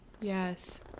Yes